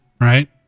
right